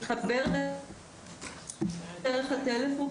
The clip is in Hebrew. מתחברת דרך הטלפון.